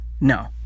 No